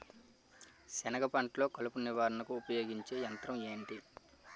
సెనగ పంటలో కలుపు నివారణకు ఉపయోగించే యంత్రం ఏంటి?